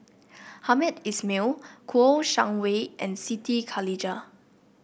Hamed Ismail Kouo Shang Wei and Siti Khalijah